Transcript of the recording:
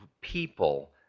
people